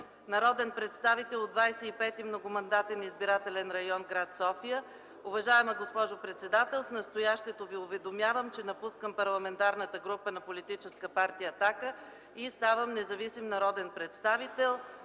народен представител от 25.Многомандатен избирателен район – гр. София Уважаема госпожо председател, с настоящото Ви уведомявам, че напускам Парламентарната група на политическа партия „Атака” и ставам независим народен представител.